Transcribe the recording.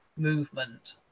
Movement